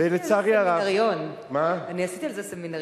אני עשיתי על זה סמינריון.